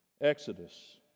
Exodus